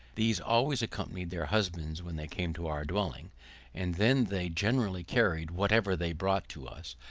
these always accompanied their husbands when they came to our dwelling and then they generally carried whatever they brought to us,